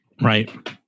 Right